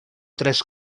tres